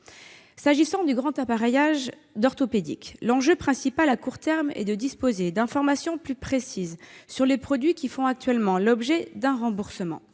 S'agissant du grand appareillage orthopédique, l'enjeu principal à court terme est de disposer d'informations plus précises sur les produits faisant actuellement l'objet d'un remboursement.